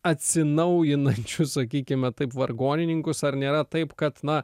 atsinaujinančių sakykime taip vargonininkus ar nėra taip kad na